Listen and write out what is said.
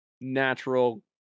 natural